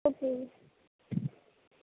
okay